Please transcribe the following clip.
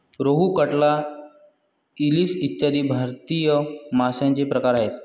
रोहू, कटला, इलीस इ भारतीय माशांचे प्रकार आहेत